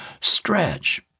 Stretch